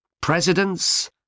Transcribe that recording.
presidents